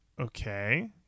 Okay